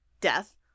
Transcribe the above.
death